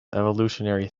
evolutionary